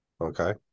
okay